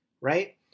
right